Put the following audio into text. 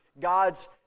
God's